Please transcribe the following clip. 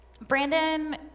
Brandon